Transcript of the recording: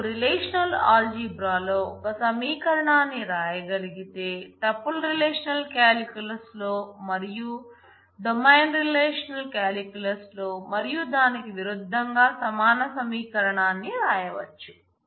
నేను relational algebra లో మరియు దానికి విరుద్దంగా సమాన సమీకరణాన్ని రాయవచ్చు